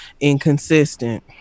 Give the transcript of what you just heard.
inconsistent